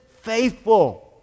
faithful